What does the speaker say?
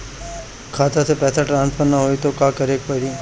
खाता से पैसा ट्रासर्फर न होई त का करे के पड़ी?